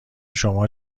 شما